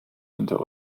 hinter